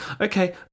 Okay